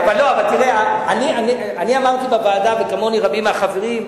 אני אמרתי בוועדה, וכמוני רבים מהחברים,